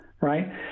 right